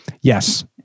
yes